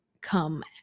come